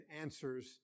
answers